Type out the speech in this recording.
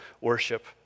worship